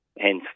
Hence